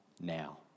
now